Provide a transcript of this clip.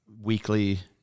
weekly